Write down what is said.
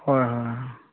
হয় হয়